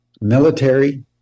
military